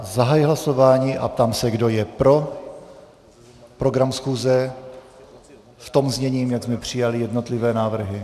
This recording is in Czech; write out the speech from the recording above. Zahajuji hlasování a ptám se, kdo je pro program schůze v tom znění, jak jsme přijali jednotlivé návrhy.